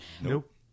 nope